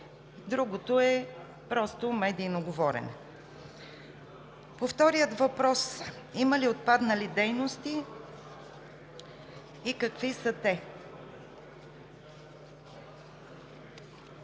Другото е просто медийно говорене. По втория въпрос – има ли отпаднали дейности и какви са те?